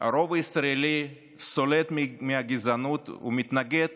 הרוב הישראלי סולד מהגזענות ומתנגד